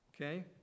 Okay